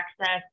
access